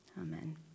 Amen